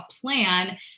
plan